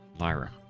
Lyra